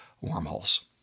wormholes